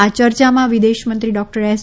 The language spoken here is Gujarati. આ ચર્ચામાં વિદેશ મંત્રી ડોક્ટર એસ